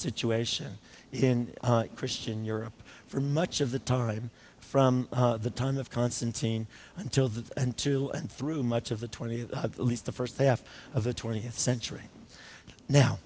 situation in christian europe for much of the time from the time of constantine until the until and through much of the twentieth least the first half of the twentieth century now